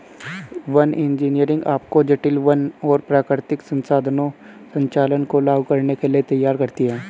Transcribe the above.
one engineering आपको जटिल वन और प्राकृतिक संसाधन संचालन को लागू करने के लिए तैयार करती है